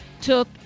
took